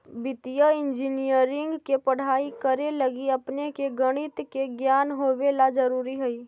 वित्तीय इंजीनियरिंग के पढ़ाई करे लगी अपने के गणित के ज्ञान होवे ला जरूरी हई